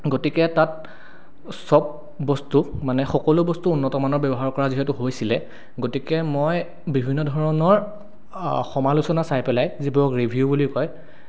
গতিকে তাত চব বস্তু মানে সকলো বস্তু উন্নতমানৰ ব্যৱহাৰ কৰা যিহেতু হৈছিলে গতিকে মই বিভিন্ন ধৰণৰ সমালোচনা চাই পেলাই যিবোৰক ৰিভিউ বুলি কয়